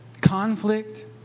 conflict